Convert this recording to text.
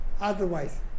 Otherwise